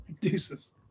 Deuces